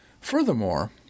Furthermore